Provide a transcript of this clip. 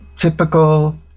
Typical